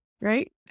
right